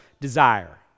desire